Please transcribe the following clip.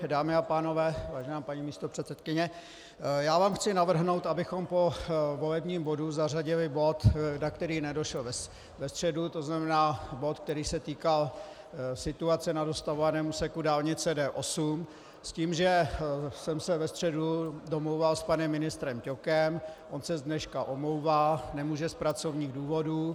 Dámy a pánové, vážená paní místopředsedkyně, já vám chci navrhnout, abychom po volebním bodu zařadili bod, na který nedošlo ve středu, to znamená bod, který se týkal situace na rozestavěném úseku dálnice D8, s tím, že jsem se ve středu domlouval s panem ministrem Ťokem on se z dneška omlouvá, nemůže z pracovních důvodů.